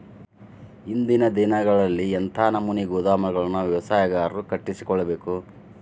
ಇಂದಿನ ದಿನಗಳಲ್ಲಿ ಎಂಥ ನಮೂನೆ ಗೋದಾಮುಗಳನ್ನು ವ್ಯವಸಾಯಗಾರರು ಕಟ್ಟಿಸಿಕೊಳ್ಳಬೇಕು?